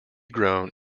grown